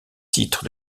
titre